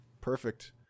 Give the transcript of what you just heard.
Perfect